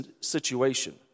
situation